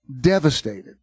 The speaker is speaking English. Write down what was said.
devastated